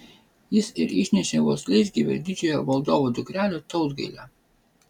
jis ir išnešė vos leisgyvę didžiojo valdovo dukrelę tautgailę